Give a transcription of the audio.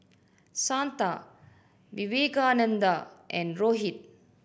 Santha Vivekananda and Rohit